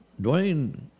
Dwayne